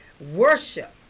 worship